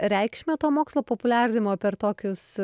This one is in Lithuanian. reikšmę to mokslo populiarinimo per tokius